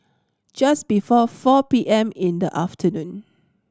just before four P M in the afternoon